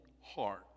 heart